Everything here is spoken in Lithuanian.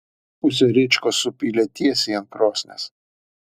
pusę rėčkos supylė tiesiai ant krosnies